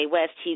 West